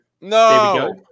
no